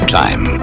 time